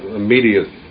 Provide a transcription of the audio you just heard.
immediate